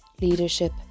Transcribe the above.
leadership